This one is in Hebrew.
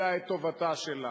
אלא את טובתה שלה.